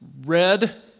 red